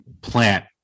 Plant